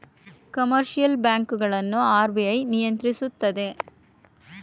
commercial bank ಗಳನ್ನು RBI ನಿಯಂತ್ರಿಸುತ್ತದೆ